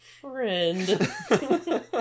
Friend